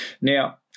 Now